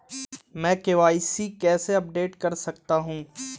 मैं के.वाई.सी कैसे अपडेट कर सकता हूं?